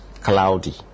cloudy